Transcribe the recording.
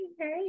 hey